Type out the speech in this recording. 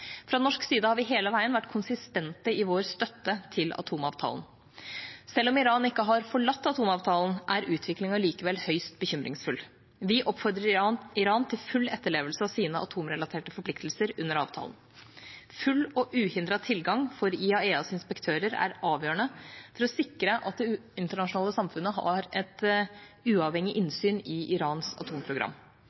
Fra norsk side har vi hele veien vært konsistente i vår støtte til atomavtalen. Selv om Iran ikke har forlatt atomavtalen, er utviklingen høyst bekymringsfull. Vi oppfordrer Iran til full etterlevelse av sine atomrelaterte forpliktelser under avtalen. Full og uhindret tilgang for IAEAs inspektører er avgjørende for å sikre at det internasjonale samfunnet har et uavhengig innsyn i Irans atomprogram.